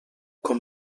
com